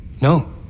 No